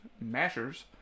mashers